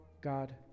God